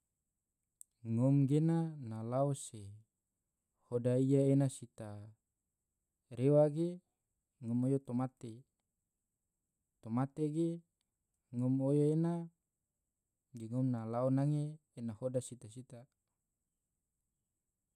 ngom gena na lao se hoda iya ene sita rewa ge ngom oyo tomate, tomate ge ngom oyo ena ge ngom lao nange ena hoda sita sita.